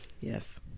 yes